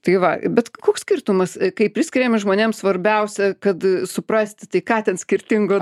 tai va bet koks skirtumas kai priskiriame žmonėms svarbiausia kad suprasti tai ką ten skirtingo